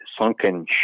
sunken